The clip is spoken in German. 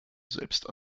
selbst